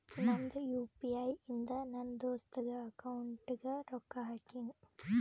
ನಂದ್ U P I ಇಂದ ನನ್ ದೋಸ್ತಾಗ್ ಅಕೌಂಟ್ಗ ರೊಕ್ಕಾ ಹಾಕಿನ್